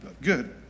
good